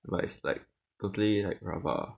but it's like totally like rabak